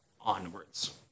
onwards